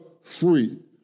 free